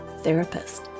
Therapist